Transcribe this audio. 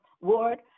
ward